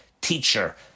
teacher